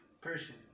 person